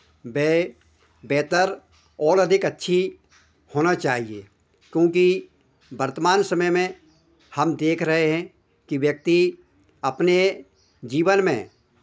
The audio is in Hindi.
वह बेहतर और अधिक अच्छी होना चाहिए क्योंकि वर्तमान समय में हम देख रहे हैं कि व्यक्ति अपने जीवन में